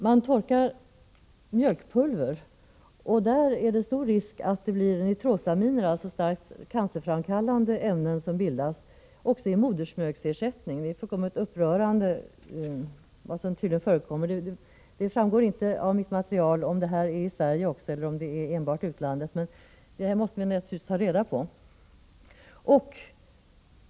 Man torkar mjölkpulver, och därvid är risken stor att det bildas nitrosaminer, dvs. starkt cancerframkallande ämnen, också i modersmjölksersättning. Det är fullkomligt upprörande. Det framgår inte av mitt material om detta förekommer också här i Sverige eller om det enbart är i utlandet, men det måste vi naturligtvis ta reda på.